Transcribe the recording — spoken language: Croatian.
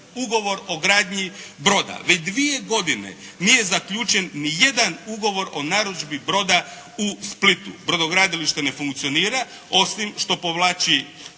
ugovor o gradnji broda. Već dvije godine nije zaključen nijedan ugovor o narudžbi broda u Splitu. Brodogradilište ne funkcionira osim što povlači